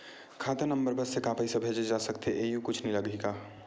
खाता नंबर बस से का पईसा भेजे जा सकथे एयू कुछ नई लगही का?